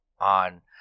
on